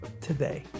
today